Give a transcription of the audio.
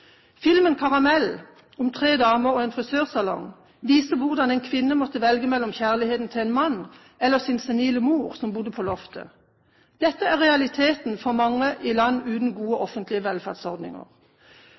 Filmen Karamell, om tre damer og en frisørsalong, viste hvordan en kvinne måtte velge mellom kjærligheten til en mann og sin senile mor som bodde på loftet. Dette er realiteten for mange i land uten gode